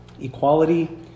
Equality